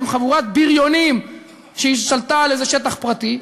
הם חבורת בריונים שהשתלטה על איזה שטח פרטי.